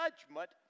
judgment